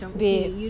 babe